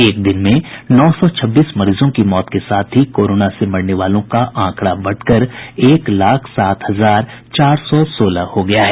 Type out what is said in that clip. एक दिन में नौ सौ छब्बीस मरीजों की मौत के साथ ही कोरोना से मरने वालों का आंकड़ा बढ़कर एक लाख सात हजार चार सौ सोलह हो गया है